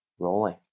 rolling